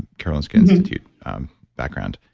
karolinska institute background.